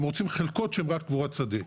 הם רוצים חלקות שהם רק קבורת שדה.